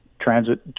transit